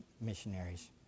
missionaries